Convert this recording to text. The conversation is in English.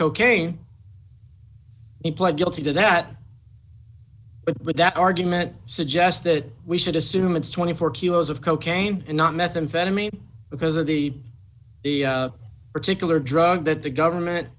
cocaine in pled guilty to that but with that argument suggest that we should assume it's twenty four kilos of cocaine and not methamphetamine because of the particular drug that the government